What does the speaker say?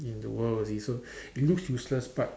in the world already so it looks useless but